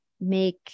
make